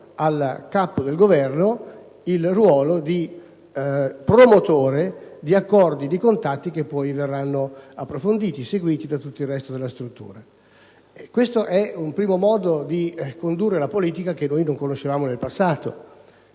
un primo modo di condurre la politica che noi non conoscevamo nel passato.